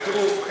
תראו,